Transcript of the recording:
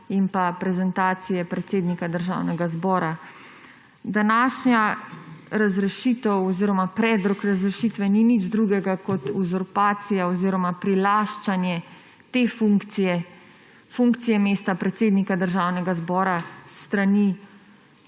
in prezentacije predsednika Državnega zbora. Današnja razrešitev oziroma predlog razrešitve ni nič drugega kot uzurpacija oziroma prilaščanje te funkcije, funkcije mesta predsednika Državnega zbora s strani